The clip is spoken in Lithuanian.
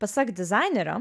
pasak dizainerio